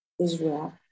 Israel